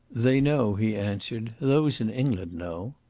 they know, he answered those in england know.